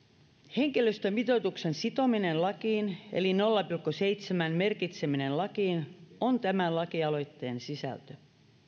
henkilöstömitoituksen sitominen lakiin eli nolla pilkku seitsemän merkitseminen lakiin on tämän lakialoitteen sisältö